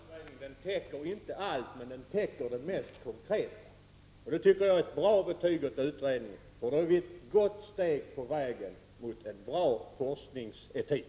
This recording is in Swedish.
Fru talman! Nu säger Gösta Lyngå att utredningen inte täcker allt, men den täcker det mest konkreta. Det tycker jag är ett bra betyg åt utredarna, för då är vi ett gott steg på vägen mot en bra forskningsetik.